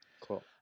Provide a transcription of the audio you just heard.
Cool